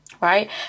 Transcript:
right